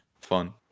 fun